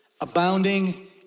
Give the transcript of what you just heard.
abounding